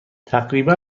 تقریبا